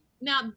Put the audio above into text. Now